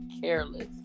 careless